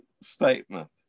statement